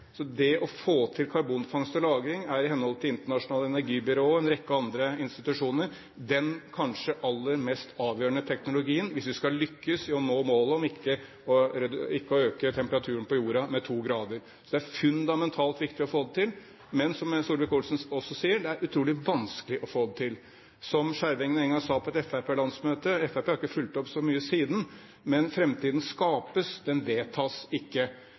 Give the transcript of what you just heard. Det å få til karbonfangst og -lagring er i henhold til Det internasjonale energibyrå og en rekke andre institusjoner den kanskje aller mest avgjørende teknologien hvis vi skal lykkes i å nå målet om ikke å øke temperaturen på jorden med 2 grader. Det er fundamentalt viktig å få det til. Men som Solvik-Olsen også sier: Det er utrolig vanskelig å få det til. Som Skjervengen en gang sa på et fremskrittspartilandsmøte – Fremskrittspartiet har ikke fulgt opp så mye siden: Fremtiden skapes – den vedtas ikke.